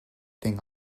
thing